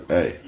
Hey